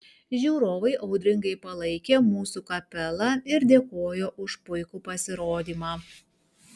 žiūrovai audringai palaikė mūsų kapelą ir dėkojo už puikų pasirodymą